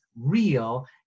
real